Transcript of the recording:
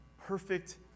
perfect